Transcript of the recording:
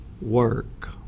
work